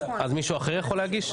אז מישהו אחר יכול להגיש?